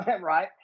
right